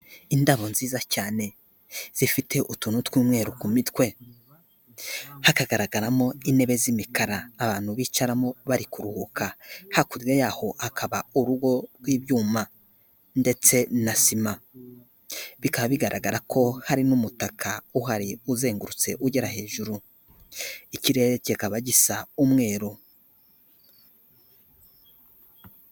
Indabo nziza cyane, zifite utuntu tw'umweru ku mitwe, hakagaragaramo intebe z'imikara, abantu bicaramo bari kuruhuka, hakurya yaho hakaba urugo rw'ibyuma ndetse na sima, bikaba bigaragara ko harimo umutaka uhari uzengurutse, ugera hejuru, ikirere kikaba gisa umweru.